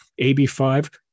AB5